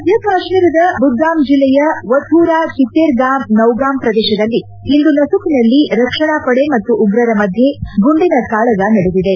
ಮಧ್ಯ ಕಾಶ್ಮೀರದ ಬುಡ್ಗಾಮ್ ಜಿಲ್ಲೆಯ ವಥೂರಾ ಚಿತ್ತೆರ್ಗಾಮ್ ಸೌಗಾಮ್ ಪ್ರದೇಶದಲ್ಲಿ ಇಂದು ನಸುಕಿನಲ್ಲಿ ರಕ್ಷಣಾ ಪಡೆ ಮತ್ತು ಉಗ್ರರ ಮಧ್ಯೆ ಗುಂಡಿನ ಕಾಳಗ ನಡೆದಿದೆ